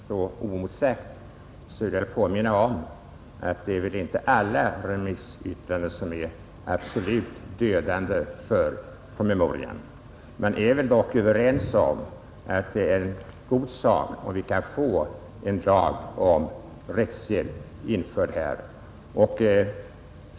Herr talman! Med anledning av fru Kristenssons senaste inlägg, som inte gärna kan få stå oemotsagt, vill jag säga att alla remissyttrandena inte är dödande för promemorian. Man är dock överens om att det är en god sak om vi kan få en lag om rättshjälp införd.